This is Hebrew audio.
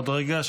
עוד רגע.